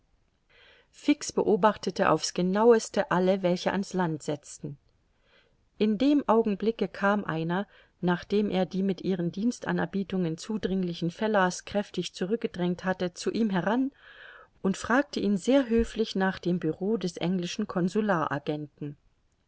fix beobachtete auf's genaueste alle welche an's land setzten in dem augenblicke kam einer nachdem er die mit ihren dienstanerbietungen zudringlichen fellahs kräftig zurückgedrängt hatte zu ihm heran und fragte ihn sehr höflich nach dem bureau des englischen